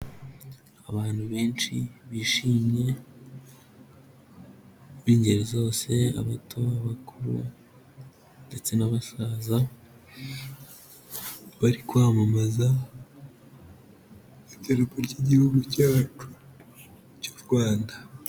Abantu benshi bishimye bingeri zose, abato, abakuru, ndetse n'abasaza bari kwamamaza idarapo ry'igihugu cyacu cy'u Rwanda.